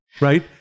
Right